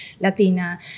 Latina